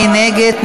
מי נגד?